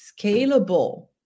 scalable